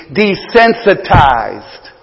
desensitized